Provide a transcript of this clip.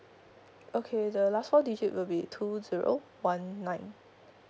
okay the last four digit will be two zero one nine